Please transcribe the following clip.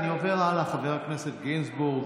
בסדר, אני עובר הלאה, חבר הכנסת גינזבורג.